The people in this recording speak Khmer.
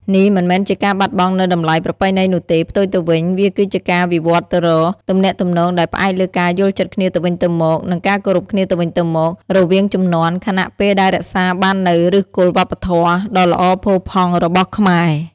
នេះមិនមែនជាការបាត់បង់នូវតម្លៃប្រពៃណីនោះទេ ផ្ទុយទៅវិញ វាគឺជាការវិវឌ្ឍទៅរក ទំនាក់ទំនងដែលផ្អែកលើការយល់ចិត្តគ្នាទៅវិញទៅមក និង ការគោរពគ្នាទៅវិញទៅមក រវាងជំនាន់ ខណៈពេលដែលរក្សាបាននូវ ឫសគល់វប្បធម៌ ដ៏ល្អផូរផង់របស់ខ្មែរ។